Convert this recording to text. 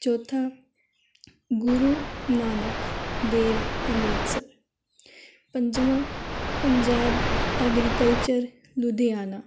ਚੌਥਾ ਗੁਰੂ ਨਾਨਕ ਦੇਵ ਅੰਮ੍ਰਿਤਸਰ ਪੰਜਵਾਂ ਪੰਜਾਬ ਐਗਰੀਕਲਚਰ ਲੁਧਿਆਣਾ